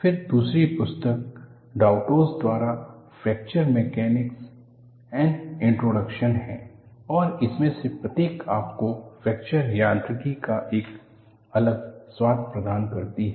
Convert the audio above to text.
फिर दूसरी पुस्तक गडाउटोस द्वारा फ्रैक्चर मैकेनिक्स एन इंट्रोडक्शन है और इनमें से प्रत्येक आपको फ्रैक्चर यांत्रिकी का एक अलग स्वाद प्रदान करती है